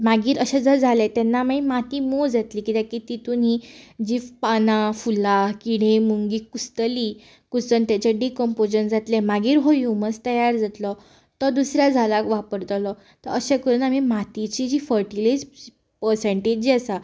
मागीर अशें जर जालें तेन्ना मागीर माती मोव जातली कित्याक की तितूंत जीं पानां फुलां किडे मुंगी कुसतलीं कुसून तेचें डिकंपोजन जातलें मागीर ह्यूमस तयार जातलो तो दुसऱ्या जाग्याक वापरतलो अशें करून आमी मातयेची जी फर्टीली पर्संटेज जी आसा